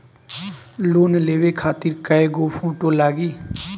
Loan लेवे खातिर कै गो फोटो लागी?